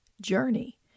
journey